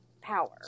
power